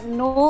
no